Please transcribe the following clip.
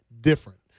different